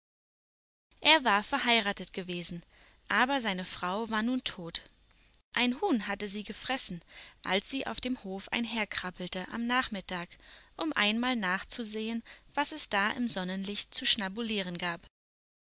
er war verheiratet gewesen aber seine frau war nun tot ein huhn hatte sie gefressen als sie auf dem hofe einherkrabbelte am nachmittag um einmal nachzusehen was es da im sonnenlicht zu schnabulieren gab